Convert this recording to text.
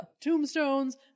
tombstones